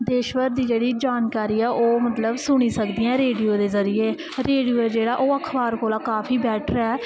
देशभर दी जेह्ड़ी जानकारी ऐ ओह् मतलब सुनी सकदियां रेडियो दे जरिये रेडियो ऐ जेह्ड़ा ओह् अखबार कोला काफी बैटर ऐ